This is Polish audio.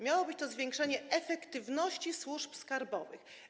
Miało być to zwiększenie efektywności służb skarbowych.